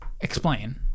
explain